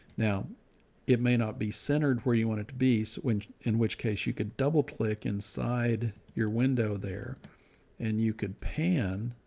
now it may not be centered where you want it to be. when, in which case you could double click inside your window there and you could pan,